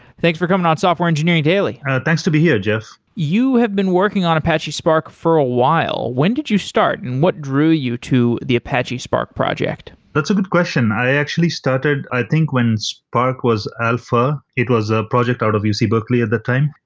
thanks for coming on software engineering daily thanks to be here, jeff you have been working on apache spark for a while. when did you start and what drew you to the apache spark project? that's a good question. i actually started, i think when spark was alpha. it was a project out of uc berkeley at the time.